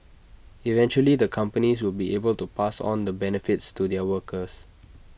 eventually the companies will be able to pass on the benefits to their workers